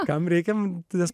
kam reikia nes